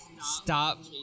Stop